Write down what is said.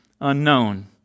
unknown